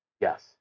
Yes